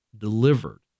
delivered